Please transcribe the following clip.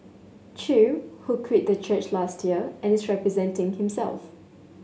chew who quit the church last year and is representing himself